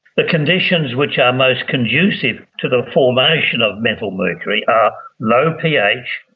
the conditions which are most conducive to the formation of metal mercury are low ph,